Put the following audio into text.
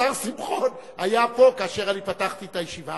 השר שמחון היה פה כאשר אני פתחתי את הישיבה,